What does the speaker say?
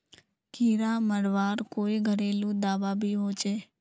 कीड़ा मरवार कोई घरेलू दाबा भी होचए?